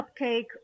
cupcake